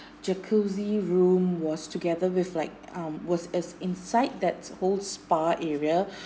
jacuzzi room was together with like um was is inside that whole spa area